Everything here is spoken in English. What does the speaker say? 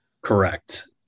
Correct